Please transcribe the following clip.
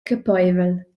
capeivel